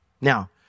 Now